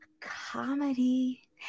comedy